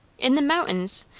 in the mountains!